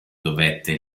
dovette